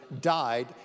died